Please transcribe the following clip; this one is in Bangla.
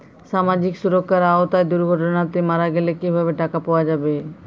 সামাজিক সুরক্ষার আওতায় দুর্ঘটনাতে মারা গেলে কিভাবে টাকা পাওয়া যাবে?